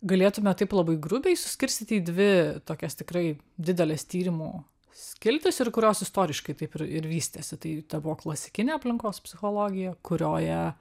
galėtume taip labai grubiai suskirstyti į dvi tokias tikrai dideles tyrimų skiltis ir kurios istoriškai taip ir ir vystėsi tai ta buvo klasikinė aplinkos psichologija kurioje